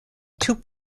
tout